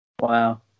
Wow